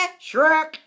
Shrek